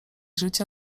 życia